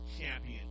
champion